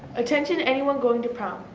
attention anyone going to prom,